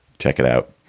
check it out.